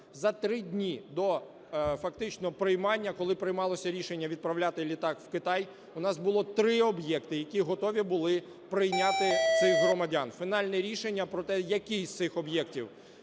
фактичного приймання, коли приймалося рішення відправляти літак в Китай, у нас було три об'єкти, які готові були прийняти цих громадян. Фінальне рішення про те, який з цих об'єктів